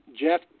Jeff